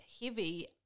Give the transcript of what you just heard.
heavy